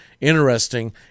interesting